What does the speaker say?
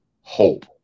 Hope